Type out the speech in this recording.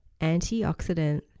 antioxidant